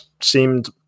seemed